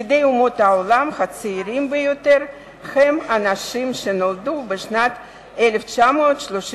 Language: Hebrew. חסידי אומות העולם הצעירים ביותר הם אנשים שנולדו בשנת 1935,